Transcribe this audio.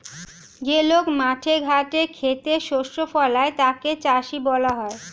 যে লোক মাঠে ঘাটে খেতে শস্য ফলায় তাকে চাষী বলা হয়